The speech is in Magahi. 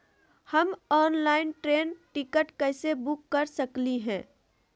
हम ऑनलाइन ट्रेन टिकट कैसे बुक कर सकली हई?